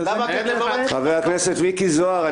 --- חבר הכנסת זוהר.